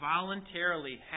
voluntarily